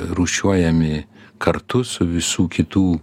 rūšiuojami kartu su visų kitų